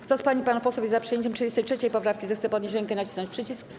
Kto z pań i panów posłów jest za przyjęciem 33. poprawki, zechce podnieść rękę i nacisnąć przycisk.